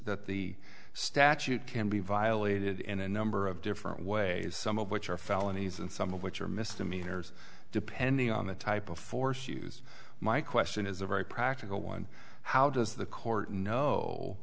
that the statute can be violated in a number of different way some of which are felonies and some of which are misdemeanors depending on the type of force use my question is a very practical one how does the court